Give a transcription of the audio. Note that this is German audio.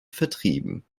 vertrieben